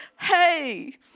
Hey